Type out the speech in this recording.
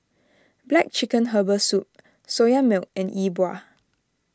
Black Chicken Herbal Soup Soya Milk and Yi Bua